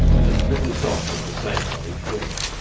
and its little dot of the same on each wing.